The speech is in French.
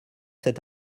cet